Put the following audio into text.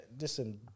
listen